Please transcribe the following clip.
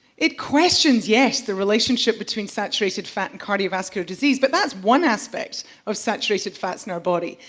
it questions, yes, the relationship between saturated fat and cardiovascular disease but that's one aspect of saturated fats in our body.